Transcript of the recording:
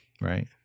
right